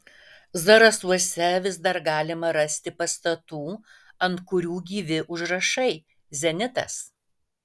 zarasuose vis dar galima rasti pastatų ant kurių gyvi užrašai zenitas